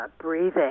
breathing